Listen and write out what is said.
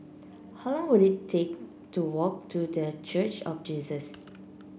how long will it take to walk to The Church of Jesus